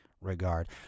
Regard